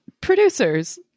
producers